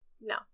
No